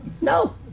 No